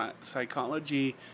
psychology